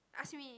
ask me